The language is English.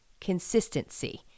consistency